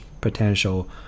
potential